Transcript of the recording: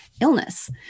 illness